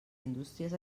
indústries